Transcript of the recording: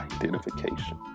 identification